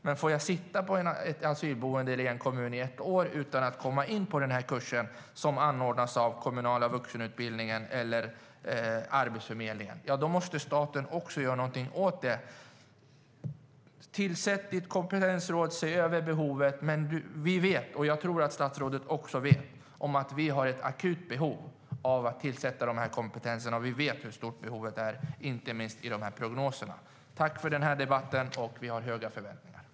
Men får jag sitta på ett asylboende eller i en kommun i ett år utan att komma in på den kurs som anordnas av kommunala vuxenutbildningen eller Arbetsförmedlingen måste staten göra någonting åt det. Tack för debatten! Vi har höga förväntningar.